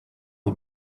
est